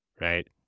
right